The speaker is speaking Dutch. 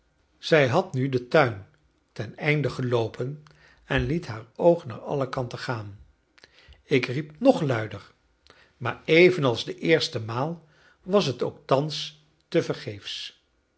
zij had nu den tuin ten einde geloopen en liet haar oog naar alle kanten gaan ik riep nog luider maar evenals de eerste maal was het ook thans tevergeefs